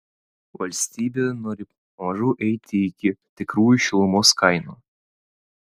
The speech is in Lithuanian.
valstybė nori pamažu eiti iki tikrųjų šilumos kainų